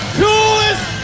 coolest